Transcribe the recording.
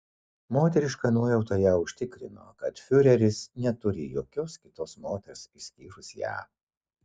moteriška nuojauta ją užtikrino kad fiureris neturi jokios kitos moters išskyrus ją